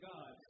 God